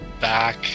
back